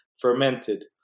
fermented